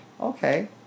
Okay